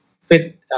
fit